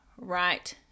right